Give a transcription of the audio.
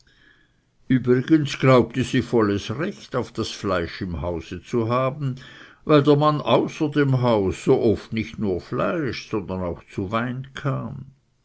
übrigens glaubte sie volles recht auf das fleisch im hause zu haben weil der mann außer dem hause so oft nicht nur zu fleisch sondern auch zu wein kam